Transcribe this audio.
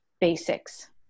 basics